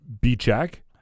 B-check